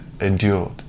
endured